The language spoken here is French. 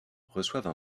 reçoivent